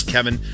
Kevin